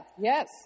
Yes